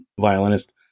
violinist